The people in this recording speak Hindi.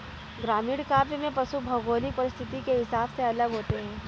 ग्रामीण काव्य में पशु भौगोलिक परिस्थिति के हिसाब से अलग होते हैं